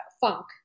funk